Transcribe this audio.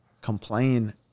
complain